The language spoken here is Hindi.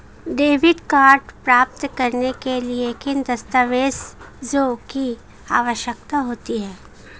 डेबिट कार्ड प्राप्त करने के लिए किन दस्तावेज़ों की आवश्यकता होती है?